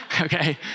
Okay